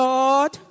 Lord